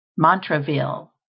Montreville